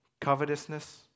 Covetousness